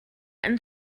and